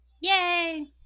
Yay